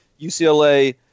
UCLA